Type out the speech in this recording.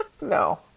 no